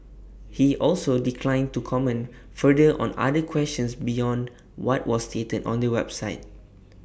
he also declined to comment further on other questions beyond what was stated on the website